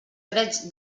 drets